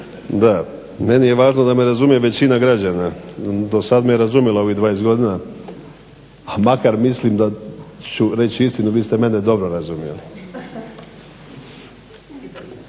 Da, meni je važno da me razumije većina građana, dosad me je razumjela ovih 20 godina, a makar mislim da ću reći istinu vi ste mene dobro razumjeli.